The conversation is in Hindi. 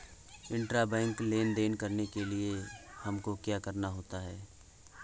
इंट्राबैंक लेन देन करने के लिए हमको क्या करना होता है?